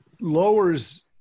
lowers